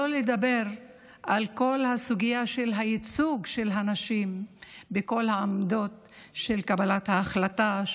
שלא לדבר על כל הסוגיה של הייצוג של הנשים בכל העמדות של קבלת ההחלטות,